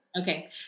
Okay